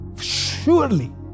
Surely